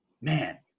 Man